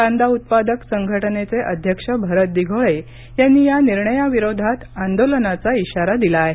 कांदा उत्पादक संघटनेचे अध्यक्ष भरत दिघोळे यांनी या निर्णयाविरोधात आंदोलनाचा इशारा दिला आहे